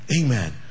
Amen